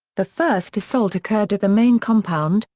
the first assault occurred at the main compound,